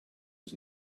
was